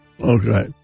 Okay